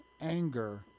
anger